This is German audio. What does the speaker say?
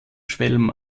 schwelm